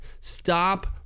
Stop